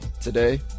today